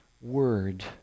word